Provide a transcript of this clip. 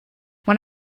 when